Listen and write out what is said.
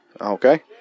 Okay